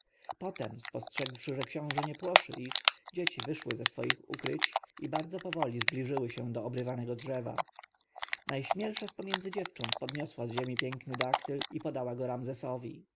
potem spostrzegłszy że książę nie płoszy ich dzieci wyszły ze swych ukryć i bardzo powoli zbliżyły się do obrywanego drzewa najśmielsza z pomiędzy dziewcząt podniosła z ziemi piękny daktyl i podała go ramzesowi